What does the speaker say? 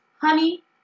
honey